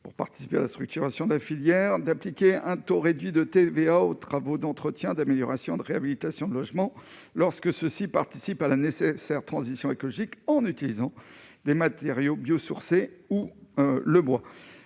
pour participer à la structuration de filière d'appliquer un taux réduit de TVA aux travaux d'entretien d'amélioration de réhabilitation de logements lorsque ceux-ci participent à la nécessaire transition écologique en utilisant des matériaux biosourcés ou le bois,